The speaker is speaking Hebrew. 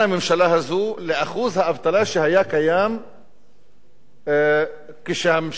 לאחוז האבטלה שהיה קיים כשהממשלה קיבלה את השלטון.